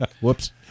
Whoops